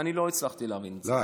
אני לא הצלחתי להבין את זה.